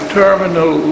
terminal